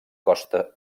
costa